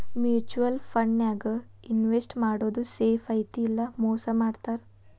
mutual ಫಂಡನ್ಯಾಗ invest ಮಾಡೋದ್ safe ಐತಿ ಇಲ್ಲಾ ಮೋಸ ಮಾಡ್ತಾರಾ